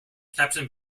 captain